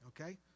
Okay